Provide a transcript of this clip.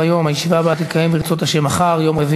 אני בהחלט יכול לשאול את המציעים אם הם מסתפקים בתשובתך או לא.